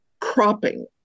cropping